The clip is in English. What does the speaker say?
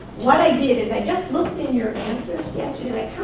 what i did is i just looked in your answers yesterday.